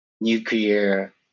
nuclear